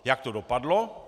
Jak to dopadlo?